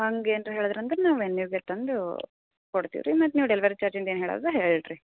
ಹಾಂಗ ಏನಾರ ಹೇಳಿದ್ರೆ ಅಂದ್ರೆ ನಾವು ಎಣ್ಣೆಗೆ ತಂದು ಕೊಡ್ತೀವಿ ರೀ ಮತ್ತು ನೀವು ಡೆಲಿವರಿ ಚಾರ್ಜಿಂದ ಏನು ಹೇಳೋದು ಹೇಳ್ರೀ